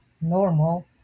normal